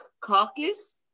caucus